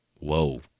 whoa